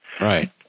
Right